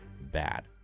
bad